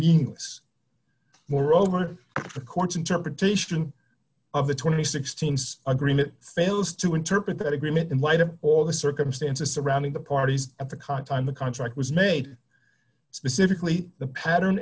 meaningless moreover the court's interpretation of the twenty six teams agreement fails to interpret that agreement in light of all the circumstances surrounding the parties at the con time the contract was made specifically the pattern